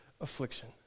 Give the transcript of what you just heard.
affliction